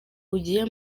ugiye